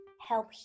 help